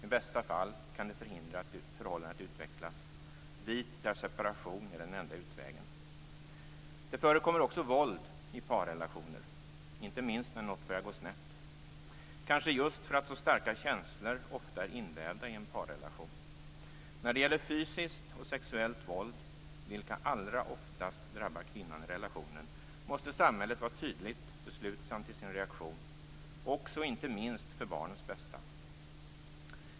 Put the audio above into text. I bästa fall kan det förhindra att förhållandet utvecklas dit där separation är den enda utvägen. Det förekommer också våld i parrelationer, inte minst när något börjar gå snett. Kanske beror det på att så starka känslor ofta är invävda i en parrelation. När det gäller fysiskt och sexuellt våld, vilket allra oftast drabbar kvinnan i relationen, måste samhället vara tydligt och beslutsamt i sin reaktion - också, och inte minst, för barnens bästa.